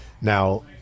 Now